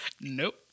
Nope